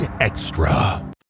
Extra